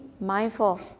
mindful